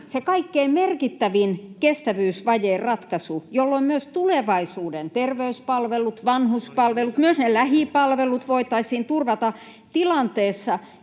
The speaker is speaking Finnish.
se kaikkein merkittävin kestävyysvajeen ratkaisu, jolloin myös tulevaisuuden terveyspalvelut, vanhuspalvelut, myös ne lähipalvelut, voitaisiin turvata tilanteessa,